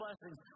blessings